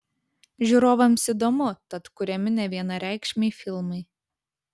žiūrovams įdomu tad kuriami nevienareikšmiai filmai